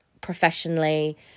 professionally